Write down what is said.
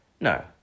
No